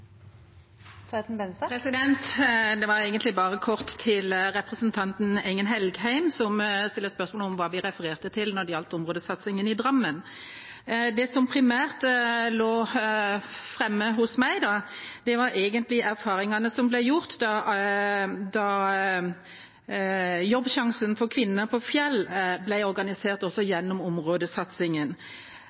Det var egentlig bare kort til representanten Engen-Helgheim, som stilte spørsmål ved hva vi refererte til når det gjaldt områdesatsingen i Drammen. Det som primært lå framme hos meg, var erfaringene som ble gjort da Jobbsjansen for kvinner på Fjell ble organisert gjennom områdesatsingen.